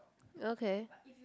okay